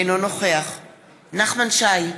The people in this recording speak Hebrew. אינו נוכח נחמן שי,